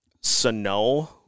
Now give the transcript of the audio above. Sano